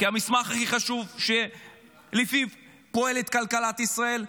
שזה המסמך הכי חשוב שלפיו פועלת כלכלת ישראל,